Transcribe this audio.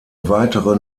weitere